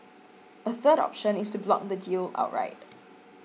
a third option is to block the deal outright